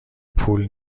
پول